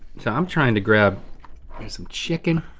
so i'm trying to grab me some chicken.